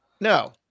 No